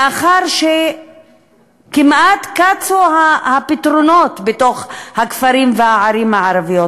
לאחר שכמעט קצו הפתרונות בתוך הכפרים והערים הערביים.